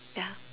yeah